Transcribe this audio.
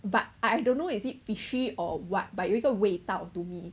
but I don't know is it fishy or what but 有一个味道 to me